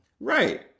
Right